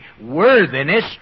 worthiness